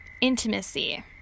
intimacy